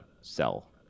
sell